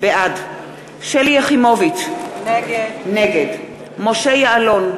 בעד שלי יחימוביץ, נגד משה יעלון,